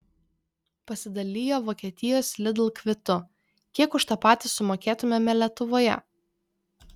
pasidalijo vokietijos lidl kvitu kiek už tą patį sumokėtumėme lietuvoje